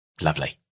Lovely